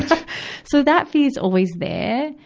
so that fear's always there.